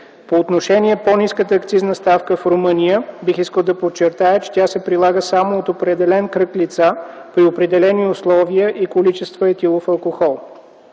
По отношение по-ниската акцизна ставка в Румъния, бих искал да подчертая, че тя се прилага само от определен кръг лица, при определени условия и количества етилов алкохол.